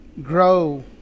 grow